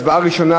הצבעה ראשונה,